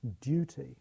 duty